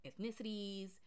ethnicities